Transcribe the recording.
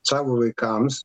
savo vaikams